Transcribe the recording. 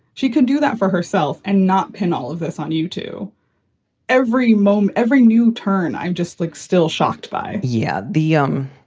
she could do that for herself and not in all of this on you to every mom, every new turn. i'm just like, still shocked by yeah. the, um.